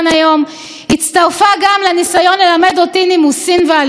היא קבעה: החלטת בג"ץ היא צעד הרסני.